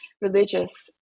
religious